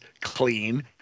clean